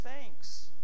thanks